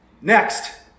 Next